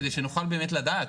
כדי שנוכל באמת לדעת.